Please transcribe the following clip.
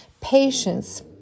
patience